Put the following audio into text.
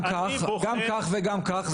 גם כך וגם כך,